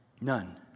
None